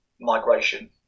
migration